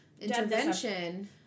Intervention